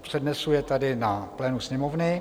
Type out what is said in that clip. Přednesu je tady na plénu Sněmovny.